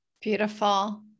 Beautiful